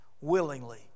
willingly